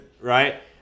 Right